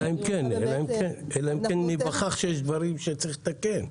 אלא אם כן ניווכח שיש דברים שצריך לתקן.